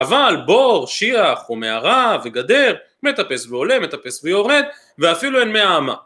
אבל בור, שיח או מערה וגדר מטפס ועולה, מטפס ויורד ואפילו אין מאמה